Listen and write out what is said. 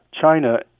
China